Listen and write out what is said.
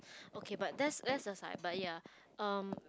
okay but that's that's aside but ya um